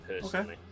personally